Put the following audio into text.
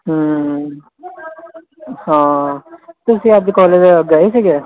ਹਾਂ ਤੁਸੀਂ ਅੱਜ ਕਾਲਜ ਗਏ ਸੀਗੇ